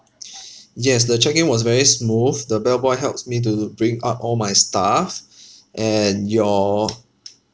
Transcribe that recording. yes the check in was very smooth the bellboy helps me to to bring up all my stuff and your